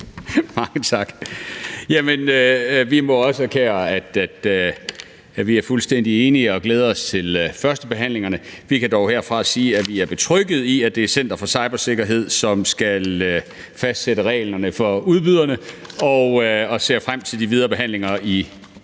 Mange tak. Vi må også erklære, at vi er fuldstændig enige, og vi har glædet os til behandlingen af forslaget. Vi kan dog herfra sige, at vi er betrygget ved, at det er Center for Cybersikkerhed, der skal fastsætte reglerne for udbyderne, og vi ser frem til den videre behandling i